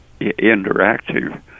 interactive